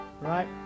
right